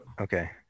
Okay